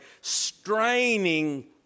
straining